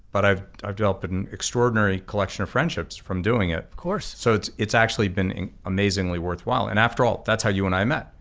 but i've i've developed but an extraordinary collection of friendships from doing it, so it's it's actually been amazingly worthwhile, and after all, that's how you and i met,